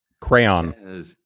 Crayon